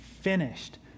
finished